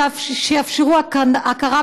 ב' בחשון התשע"ח,